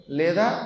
leda